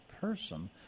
person